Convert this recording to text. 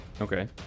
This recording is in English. Okay